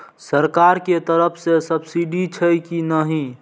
सरकार के तरफ से सब्सीडी छै कि नहिं?